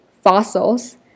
fossils